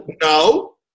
no